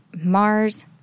Mars